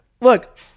Look